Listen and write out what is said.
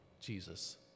Jesus